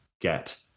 get